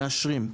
מאשרים,